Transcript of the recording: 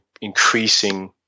increasing